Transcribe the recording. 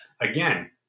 Again